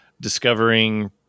discovering